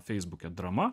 feisbuke drama